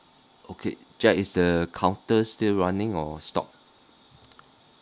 okay jack is the counter is running or stop